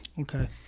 Okay